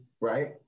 right